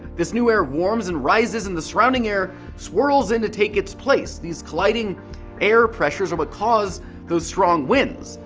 this new air warms and rises and the surrounding air swirls in to take its place. these colliding air pressures are what cause those strong winds.